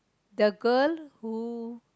the girl who